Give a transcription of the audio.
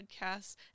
podcasts